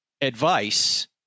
advice